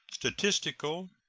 statistical,